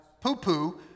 poo-poo